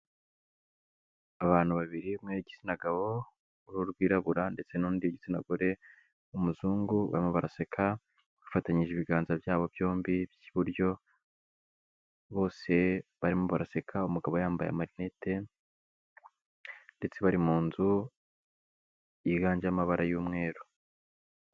Abantu babiri umwe w'igitsina gabo w'uruhu rwirabura ndetse n'undi w'igitsina gore w'umuzungu, barimo baraseka bafatanyije ibiganza byabo byombi by'iburyo, bose barimo baraseka umugabo yambaye amarinete ndetse bari mu nzu yiganjemo amabara y'umweru.